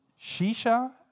Shisha